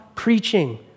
preaching